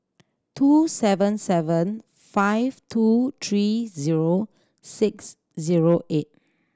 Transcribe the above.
two seven seven five two three zero six zero eight